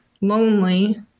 lonely